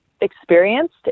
experienced